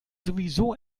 sowieso